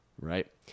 right